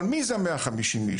אבל מי הם ה-150 אנשים?